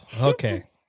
Okay